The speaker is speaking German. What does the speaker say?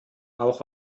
auch